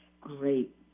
great